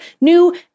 new